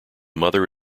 mother